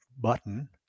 button